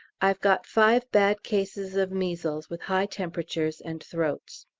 i've got five bad cases of measles, with high temperatures and throats.